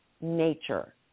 nature